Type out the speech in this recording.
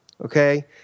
okay